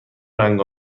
رنگ